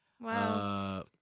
Wow